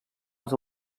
als